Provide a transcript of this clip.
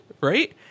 right